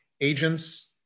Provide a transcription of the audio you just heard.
agents